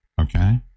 okay